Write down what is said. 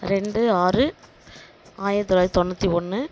ரெண்டு ஆறு ஆயிரத்தி தொள்ளாயிரத்தி தொண்ணூற்றி ஒன்று